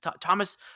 Thomas